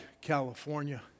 California